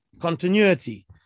continuity